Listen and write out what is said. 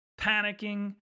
Panicking